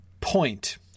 point